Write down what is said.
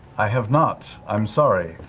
i have not, i'm sorry.